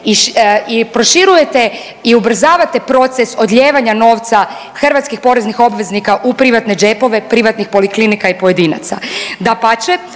i proširujete i ubrzavate proces odljevanja novca hrvatskih poreznih obveznika u privatne džepove privatnih poliklinika i pojedinaca. Dapače,